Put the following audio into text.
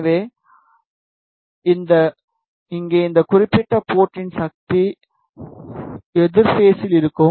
எனவே இங்கே இந்த குறிப்பிட்ட போர்ட்டில் சக்தி எதிர் பேஸில் இருக்கும்